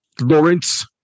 lawrence